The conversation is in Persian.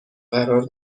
قرار